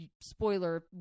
spoiler